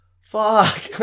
Fuck